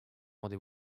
rendez